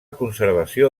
conservació